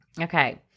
Okay